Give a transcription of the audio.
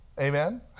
Amen